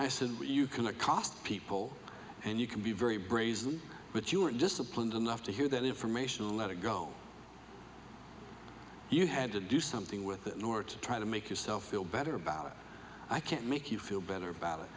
i said you cannot cost people and you can be very brazen but you were disciplined enough to hear that information and let it go you had to do something with it nor to try to make yourself feel better about it i can't make you feel better about it